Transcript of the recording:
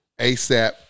ASAP